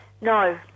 No